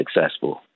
successful